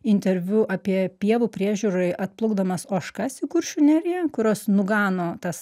interviu apie pievų priežiūrai atplukdomas ožkas į kuršių neriją kurios nugano tas